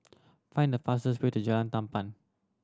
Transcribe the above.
find the fastest way to Jalan Tamban